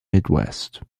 midwest